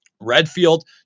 redfield